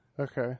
Okay